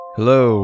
Hello